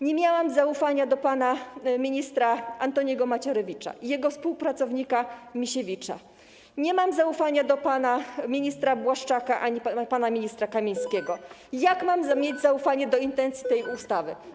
Nie miałam zaufania do pana ministra Antoniego Macierewicza ani jego współpracownika Misiewicza, nie mam zaufania do pana ministra Błaszczaka ani pana ministra Kamińskiego, jak zatem mam mieć zaufanie do intencji tej ustawy?